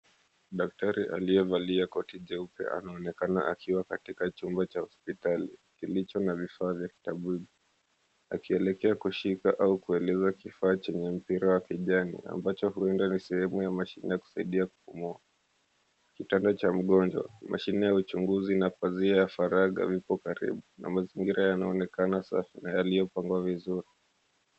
Daktari aliyevalia koti jeupe anaonekana akiwa katika chumba cha hospitali kilicho na vifaa vya kitabibu. Akielekea kushika au kueleza kifaa chenye mpira wa kijani, ambacho huenda ni sehemu ya mashine ya kusaidia kupumua. Kitanda cha mgonjwa, mashine ya uchunguzi, na pazia ya faragha vipo karibu, na mazingira yanaonekana safi na yaliyopangwa vizuri.